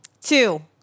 Two